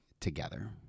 together